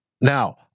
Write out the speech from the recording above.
Now